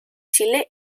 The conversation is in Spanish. chile